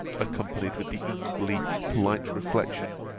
accompanied with the equally polite reflection,